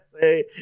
say